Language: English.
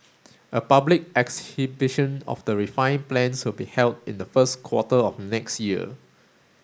a public exhibition of the refined plans will be held in the first quarter of next year